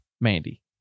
Mandy